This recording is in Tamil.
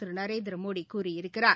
திருநரேந்திரமோடிகூறியிருக்கிறார்